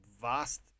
vast